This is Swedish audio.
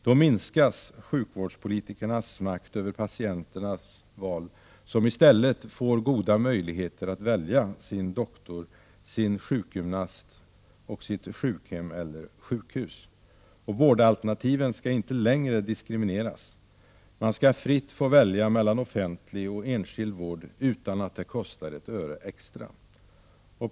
Då minskas sjukvårdspolitikernas makt över patienternas val, och patienterna får i stället goda möjligheter att välja doktor, sjukgymnast och sjukhem/sjukhus. Vårdalternativen skall inte längre diskrimineras. Man skall fritt få välja mellan offentlig och enskild vård utan att det kostar ett öre extra.